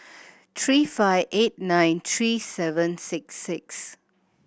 three five eight nine three seven six six